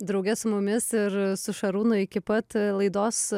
drauge su mumis ir su šarūnu iki pat laidos